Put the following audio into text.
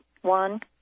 One